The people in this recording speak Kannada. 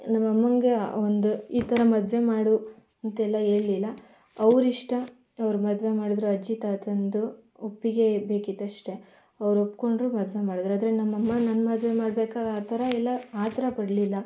ನಮ್ಮಮ್ಮನಿಗೆ ಒಂದು ಈ ಥರ ಮದುವೆ ಮಾಡು ಅಂತೆಲ್ಲ ಹೇಳಿಲ್ಲ ಅವರಿಷ್ಟ ಅವ್ರ ಮದುವೆ ಮಾಡಿದರು ಅಜ್ಜಿ ತಾತನದು ಒಪ್ಪಿಗೆ ಬೇಕಿತ್ತು ಅಷ್ಟೇ ಅವ್ರು ಒಪ್ಪಿಕೊಂಡ್ರು ಮದುವೆ ಮಾಡಿದರು ಆದರೆ ನಮ್ಮಮ್ಮ ನನ್ನ ಮದುವೆ ಮಾಡ್ಬೇಕಾದ್ರೆ ಆ ಥರ ಎಲ್ಲ ಆತುರ ಪಡಲಿಲ್ಲ